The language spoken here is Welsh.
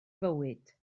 fywyd